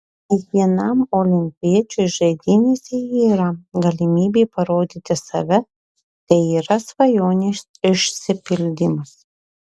kiekvienam olimpiečiui žaidynėse yra galimybė parodyti save tai yra svajonės išsipildymas